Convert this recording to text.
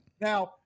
Now